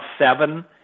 seven